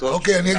הוא